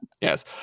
yes